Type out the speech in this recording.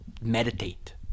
meditate